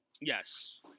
Yes